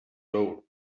wrote